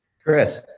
Chris